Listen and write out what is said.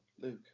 Luke